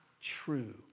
true